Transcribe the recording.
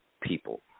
people